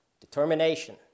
Determination